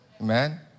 Amen